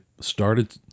started